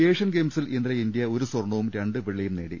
Asian ഗെയിംസിൽ ഇന്നലെ India ഒരു സ്വർണവും രണ്ട് വെള്ളിയും നേടി